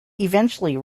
eventually